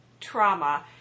trauma